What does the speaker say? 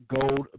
Gold